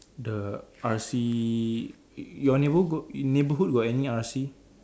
the R_C your neighbourhood got neighbourhood got any R_C